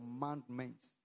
commandments